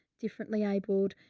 differently abled,